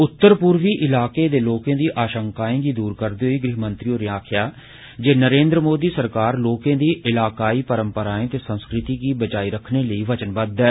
उत्तर पूर्वी ईलाकें दे लोकें दी आशंकाएं गी दूर करदे होई गृहमंत्री होरें आक्खेआ जे नरेन्द्र मोदी सरकार लोकें दी ईलाकाई परम्पराएं ते संस्कृति गी बचाई रक्खने लेई बचनवद्व ऐ